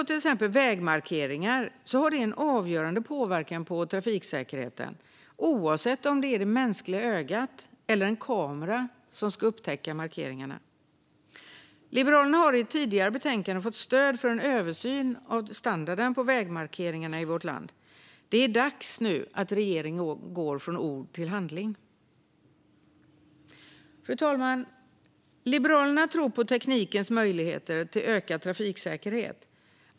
Till exempel vägmarkeringar har en avgörande påverkan på trafiksäkerheten, oavsett om det är det mänskliga ögat eller en kamera som ska upptäcka markeringarna. Liberalerna har i ett tidigare betänkande fått stöd för en översyn av standarden på vägmarkeringarna i vårt land. Det är dags att regeringen går från ord till handling. Fru talman! Liberalerna tror på teknikens möjligheter till ökad trafiksäkerhet.